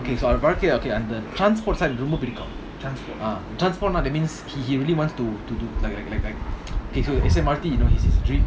okay so அந்தஅந்த:andha andha transport தான்ரொம்பபுடிக்கும்:than romba pudikum transport that means he he really wants to to to like like like like okay so S_M_R_T you know is his dream